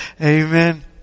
Amen